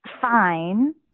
fine